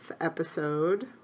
episode